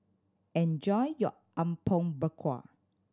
enjoy your Apom Berkuah